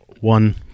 one